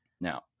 Now